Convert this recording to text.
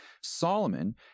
Solomon